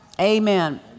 Amen